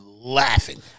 Laughing